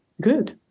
good